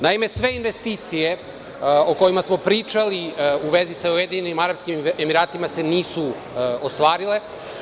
Naime, sve investicije o kojima smo pričali, u vezi sa Ujedinjenim Arapskim Emiratima, se nisu ostvarile.